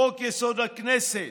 חוק-יסוד: הכנסת,